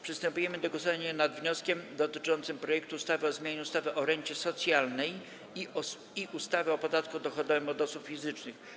Przystępujemy do głosowania nad wnioskiem dotyczącym projektu ustawy o zmianie ustawy o rencie socjalnej i ustawy o podatku dochodowym od osób fizycznych.